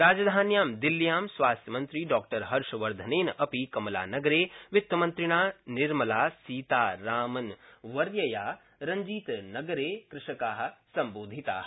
राजधान्यां दिल्ल्यां स्वास्थ्यमन्त्री डॉ हर्षवर्धनेन अपि कमलानगरे वित्तमन्त्रिणा निर्मलासीतारामनेन रंजीतनगरे कृषका सम्बोधिता